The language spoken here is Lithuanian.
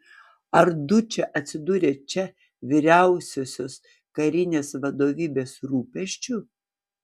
ar dučė atsidūrė čia vyriausiosios karinės vadovybės rūpesčiu